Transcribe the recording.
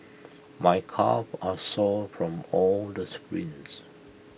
my calves are sore from all the sprints